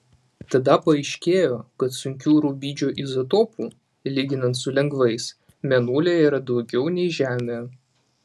tada paaiškėjo kad sunkių rubidžio izotopų lyginant su lengvais mėnulyje yra daugiau nei žemėje